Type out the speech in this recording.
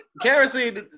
Kerosene